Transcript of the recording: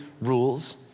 rules